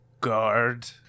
guard